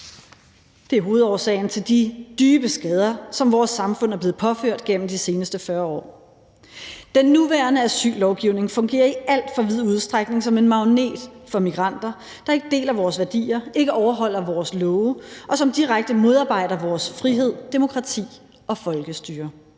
Det er hovedårsagen til de dybe skader, som vores samfund er blevet påført gennem de seneste 40 år. Den nuværende asyllovgivning fungerer i alt for vid udstrækning som en magnet for migranter, der ikke deler vores værdier, ikke overholder vores love, og som direkte modarbejder vores frihed, demokrati og folkestyre.